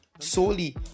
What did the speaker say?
solely